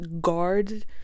guard